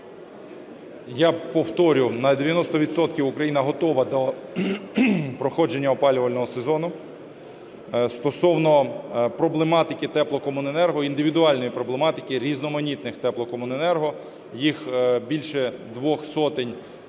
Я повторюю, на 90 відсотків Україна готова до проходження опалювального сезону. Стосовно проблематики теплокомуненерго, індивідуальної проблематики різноманітних теплокомуненерго, їх більше 200 у